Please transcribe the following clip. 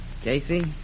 Casey